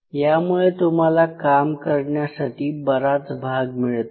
यामुळे तुम्हाला काम करण्यासाठी बराच भाग मिळतो